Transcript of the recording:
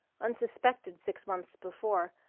unsuspected six months before,